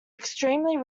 extremely